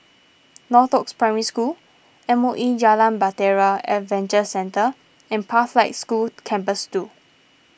Northoaks Primary School M O E Jalan Bahtera Adventure Centre and Pathlight School Campus two